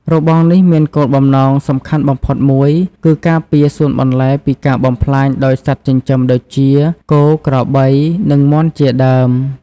របងនេះមានគោលបំណងសំខាន់បំផុតមួយ គឺការពារសួនបន្លែពីការបំផ្លាញដោយសត្វចិញ្ចឹមដូចជា គោ ក្របី និងមាន់ជាដើម។